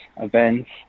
events